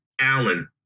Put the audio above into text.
Allen